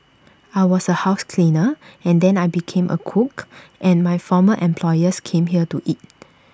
I was A house cleaner and then I became A cook and my former employers came here to eat